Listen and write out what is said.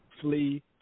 Flee